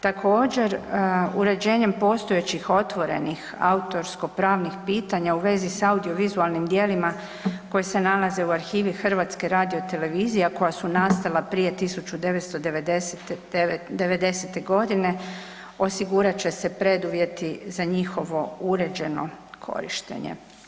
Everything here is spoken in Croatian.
Također, uređenjem postojećih otvorenih autorsko-pravnih pitanja u vezi sa audiovizualnim djelima koji se nalaze u arhivi HRT-a a koja su nastala prije 1990. g., osigurat će se preduvjeti za njihovo uređeno korištenje.